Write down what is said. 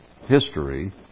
history